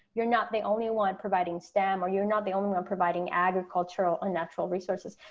you're not the only one providing stem or you're not the only one providing agricultural or natural resources,